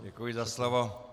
Děkuji za slovo.